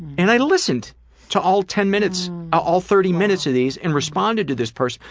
and i listened to all ten minutes all thirty minutes of these and responded to this person.